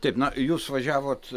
taip na jūs važiavot